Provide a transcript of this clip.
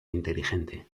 inteligente